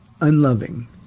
unloving